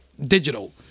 digital